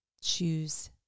choose